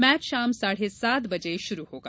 match शाम साढे सात बजे शुरू होगा